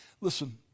Listen